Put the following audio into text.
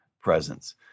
presence